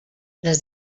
les